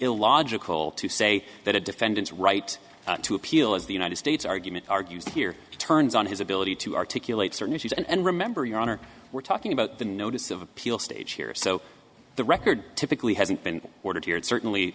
illogical to say that a defendant's right to appeal is the united states argument argues here turns on his ability to articulate certain issues and remember your honor we're talking about the notice of appeal stage here so the record typically hasn't been ordered here it certainly